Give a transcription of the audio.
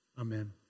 Amen